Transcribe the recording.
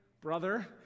brother